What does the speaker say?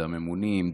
זה הממונים,